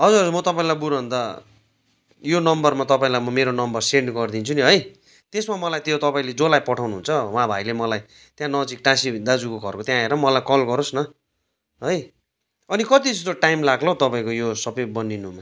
हजुर हजुर म तपाईँलाई बरूभन्दा यो नम्बरमा तपाईँलाई म मेरो नम्बर सेन्ड गरिदिन्छु नि है त्यसमा मलाई त्यो तपाईँले जसलाई पठाउनु हुन्छ उहाँ भाइले मलाई त्यहाँ नजिक टाँसी दाजुको घरको त्यहाँ आएर मलाई कल गरोस् न है अनि कतिजस्तो टाइम लाग्ला हौ तपाईँको यो सबै बनिनुमा